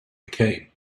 became